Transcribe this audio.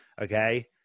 okay